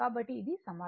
కాబట్టి ఇది సమాధానం